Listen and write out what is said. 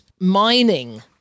mining